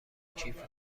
کیف